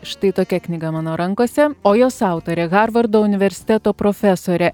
štai tokia knyga mano rankose o jos autorė harvardo universiteto profesorė